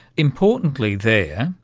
importantly there,